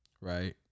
right